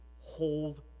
hold